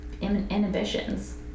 inhibitions